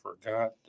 forgot